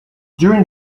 during